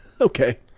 Okay